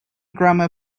grammar